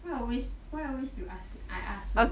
why always why always you ask I ask